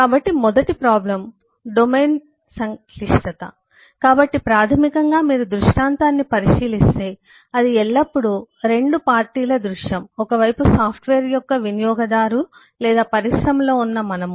కాబట్టి మొదట problem domain యొక్క సంక్లిష్టత కాబట్టి ప్రాథమికంగా మీరు దృష్టాంతాన్ని పరిశీలిస్తే అది ఎల్లప్పుడూ 2 పార్టీల దృశ్యం ఒక వైపు సాఫ్ట్వేర్ యొక్క వినియోగదారు లేదా పరిశ్రమలో ఉన్న మనము